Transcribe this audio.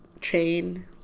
Chain